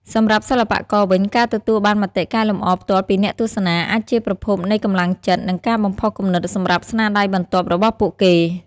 សម្រាប់សិល្បករវិញ ការទទួលបានមតិកែលម្អផ្ទាល់ពីអ្នកទស្សនាអាចជាប្រភពនៃកម្លាំងចិត្ត និងការបំផុសគំនិតសម្រាប់ស្នាដៃបន្ទាប់របស់ពួកគេ។